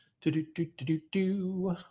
Do-do-do-do-do-do